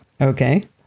Okay